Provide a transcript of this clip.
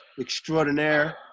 extraordinaire